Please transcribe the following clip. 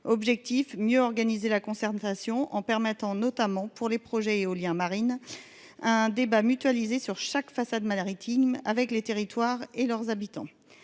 objectif, mieux organiser la concertation, en permettant notamment pour les projets éoliens Marine un débat mutualiser sur chaque façade maritime avec les territoires et leurs habitants,